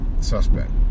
suspect